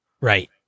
Right